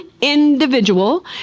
individual